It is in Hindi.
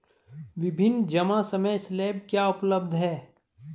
विभिन्न जमा समय स्लैब क्या उपलब्ध हैं?